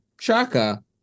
Chaka